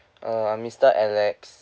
uh I'm mister alex